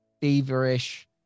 feverish